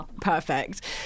perfect